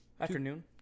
Afternoon